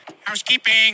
housekeeping